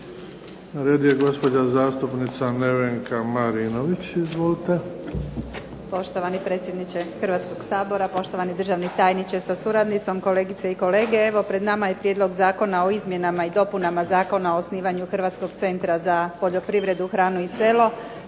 Na redu je gospođa zastupnica Nevenka Marinović, izvolite. **Marinović, Nevenka (HDZ)** Poštovani predsjedniče Hrvatskog sabora, poštovani državni tajniče sa suradnicom, kolegice i kolege. Evo pred nama je prijedlog Zakona o izmjenama i dopunama Zakona o osnivanju Hrvatskog centra za poljoprivredu, hranu i selo